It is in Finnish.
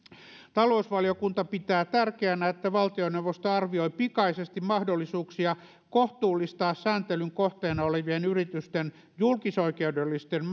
talousvaliokunta pitää tärkeänä että valtioneuvosto arvioi pikaisesti mahdollisuuksia kohtuullistaa sääntelyn kohteena olevien yritysten julkisoikeudellisten